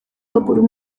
kopuru